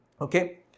Okay